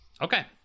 Okay